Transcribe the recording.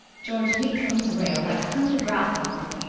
george leaped from his rail like a hunted grasshopper.